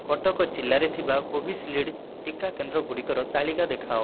କଟକ ଜିଲ୍ଲାରେ ଥିବା କୋଭିସିଲ୍ଡ୍ ଟିକା କେନ୍ଦ୍ରଗୁଡ଼ିକର ତାଲିକା ଦେଖାଅ